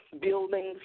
buildings